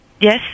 yes